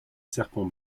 serpent